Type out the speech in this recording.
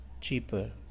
cheaper